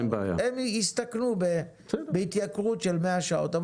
הם יסתכנו בהתייקרות של 100 שעות.